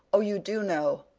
oh, you do know.